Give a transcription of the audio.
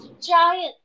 giant